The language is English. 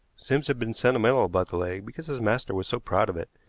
sims had been sentimental about the leg because his master was so proud of it,